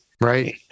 Right